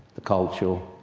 the cultural,